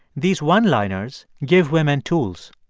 these one-liners give women tools.